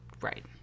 right